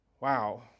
Wow